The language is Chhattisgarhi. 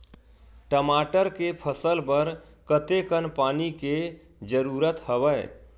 टमाटर के फसल बर कतेकन पानी के जरूरत हवय?